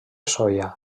soia